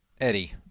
Eddie